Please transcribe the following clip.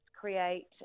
create